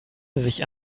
sich